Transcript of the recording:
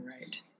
right